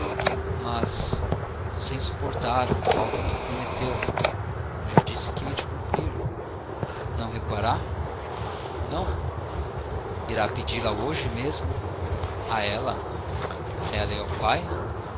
mas você é insuportável falta ao que prometeu já disse que hei de cumprir não recuará não irá pedi-la hoje mesmo a ela a ela e ao pai